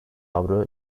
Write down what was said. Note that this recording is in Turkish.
avro